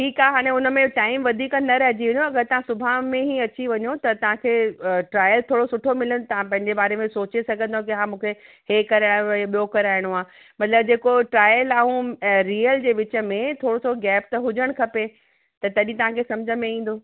ठीकु आहे हाणे हुन में टाइम वधीक न रहिजी वेंदो अगरि तव्हां सुभाण में ई अची वञो त तव्हांखे ट्रायल थोरो सुठो मिलंदो तव्हां पंहिंजे बारे में सोचे सघंदव कि हा मूंखे इहे कराइणो ॿियो कराइणो आहे मतलबु जेको ट्रायल ऐं रीयल जे विच में थोरोसो गैप त हुजणु खपे त तॾहिं तव्हांखे समुझ में ईंदो